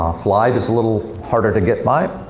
flibe is a little harder to get by,